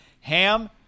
HAM